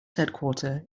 headquarter